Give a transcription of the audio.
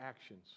actions